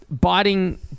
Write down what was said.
biting